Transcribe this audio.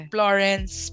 Florence